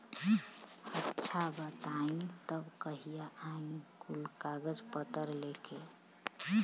अच्छा बताई तब कहिया आई कुल कागज पतर लेके?